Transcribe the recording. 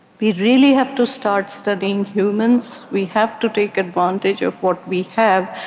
we really have to start studying humans. we have to take advantage of what we have,